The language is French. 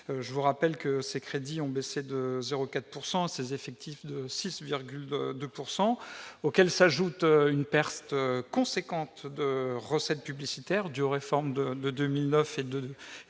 Je vous rappelle que ses crédits ont baissé de 0,4 % et ses effectifs de 6,2 %, baisse à laquelle s'ajoute une perte importante de recettes publicitaires due aux réformes de 2009 et de 2016.